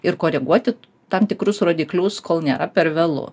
ir koreguoti tam tikrus rodiklius kol nėra per vėlu